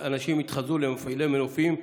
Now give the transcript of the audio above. אנשים התחזו למפעילי מנופים,